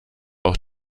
auch